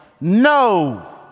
No